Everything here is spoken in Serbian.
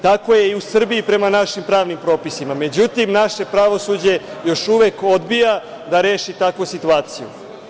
Tako je i u Srbiji prema našim pravnim propisima, međutim naše pravosuđe još uvek odbija da reši takvu situaciju.